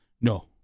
No